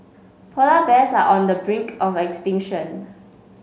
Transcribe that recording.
polar bears are on the brink of extinction